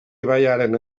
ibaiaren